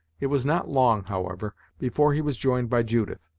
it was not long, however, before he was joined by judith,